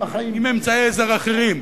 עם אמצעי עזר אחרים,